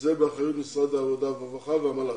וזה באחריות משרד העבודה והרווחה והמל"ג.